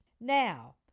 now